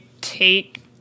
take